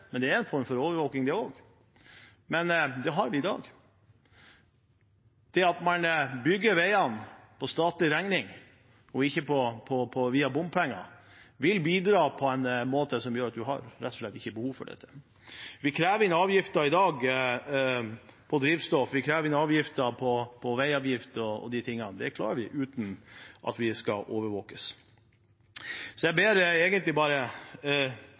at man bygger veiene på statlig regning og ikke via bompenger, vil bidra til å gjøre at man rett og slett ikke har behov for dette. Vi krever i dag inn avgifter på drivstoff. Vi krever inn veiavgift og de tingene. Det klarer vi uten at vi skal overvåkes. Jeg ber egentlig bare